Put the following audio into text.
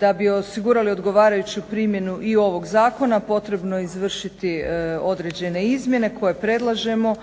Da bi osigurali odgovarajuću primjenu i ovog zakona potrebno je izvršiti određene izmjene koje predlažemo.